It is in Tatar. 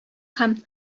һәм